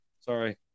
sorry